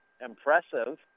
Impressive